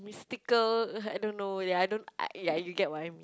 mystical I don't know ya I don't I ya you get what I mean